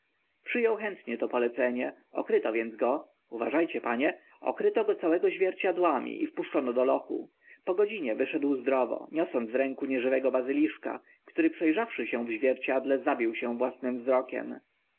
ął chętnie to polecenie okryto więc go uważa cie panie okryto go całego źwierciadłami i wpuszczono do lochu po godzinie wyszedł zdrowo niosąc w ręku nieżywego bazyliszka który prze rzawszy się w zwierciedle zabił się własnym wzrokiem